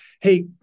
Hey